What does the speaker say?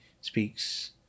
speaks